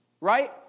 Right